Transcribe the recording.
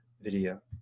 video